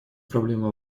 проблемы